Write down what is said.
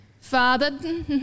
Father